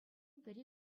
пӗри